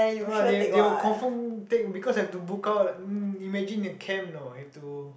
no lah they they will confirm take because I have to book out imagine they camp you know have to